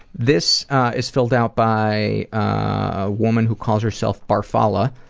this is filled out by a woman who calls herself barfala